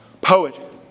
poet